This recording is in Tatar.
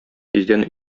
тиздән